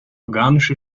organische